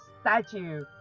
statue